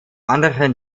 anderen